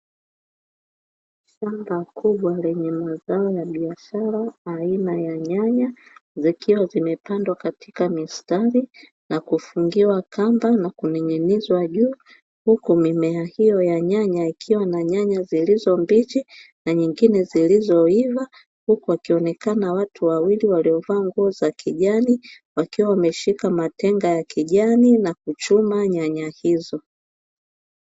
Shamba lenye mazao ya biashara aina ya nyanya zikiwa zimepandwa katika mistari na kufungiwa kamba na kuning'inizwa juu huko mimea hiyo ya nyanya ikiwa na nyanya zilizo mbichi na nyingine zilizoiva. Huku wakionekana watu wawili waliovaa nguo za kijani wakiwa wameshika matenga ya kijani na kuchoma nyanya hizo.